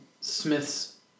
Smith's